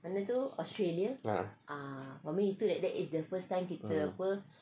ah